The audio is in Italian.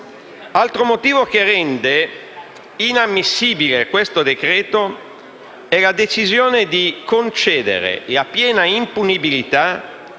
Altro motivo che rende inammissibile questo decreto è la decisione di concedere la piena impunibilità